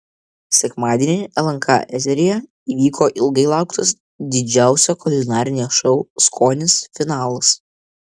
sekmadienį lnk eteryje įvyko ilgai lauktas didžiausio kulinarinio šou skonis finalas